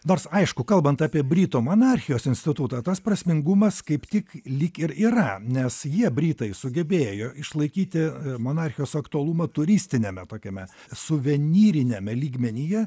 nors aišku kalbant apie britų monarchijos institutą tas prasmingumas kaip tik lyg ir yra nes jie britai sugebėjo išlaikyti monarchijos aktualumą turistiniame tokiame suvenyriniame lygmenyje